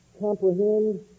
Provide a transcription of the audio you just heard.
comprehend